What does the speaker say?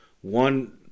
One